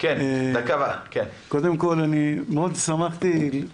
קודם כול, שמחתי מאוד